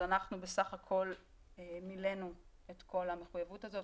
אז אנחנו בסך הכול מילאנו את כל המחויבות הזאת